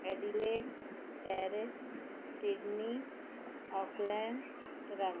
Adelaide Paris Sydney Auckland ਟੋਰਾਂ